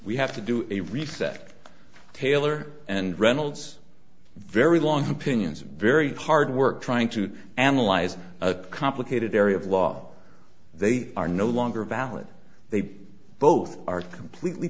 we have to do a reset taylor and reynolds very long opinions and very hard work trying to analyze a complicated area of law they are no longer valid they both are completely